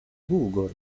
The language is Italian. google